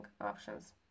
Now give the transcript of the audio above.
options